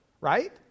right